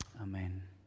Amen